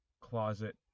closet